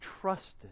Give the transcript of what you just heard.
trusted